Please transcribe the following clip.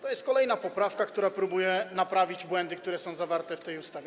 To jest kolejna poprawka, która próbuje naprawić błędy, które są zawarte w tej ustawie.